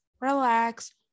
relax